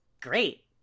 Great